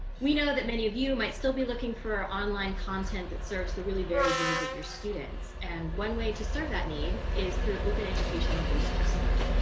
we know that many of you might still be looking for our online content that serves the really varied needs of your students. and one way to serve that need is through open educational resources.